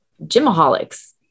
gymaholics